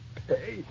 pay